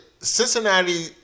Cincinnati